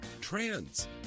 trans